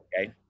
okay